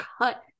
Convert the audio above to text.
cut